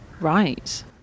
Right